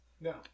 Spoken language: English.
No